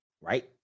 Right